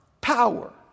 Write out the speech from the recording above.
power